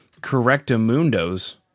correctamundos